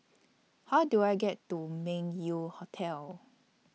How Do I get to Meng Yew Hotel